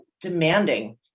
demanding